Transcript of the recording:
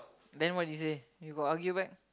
then what you say you got argue back